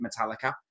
Metallica